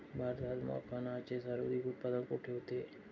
भारतात मखनाचे सर्वाधिक उत्पादन कोठे होते?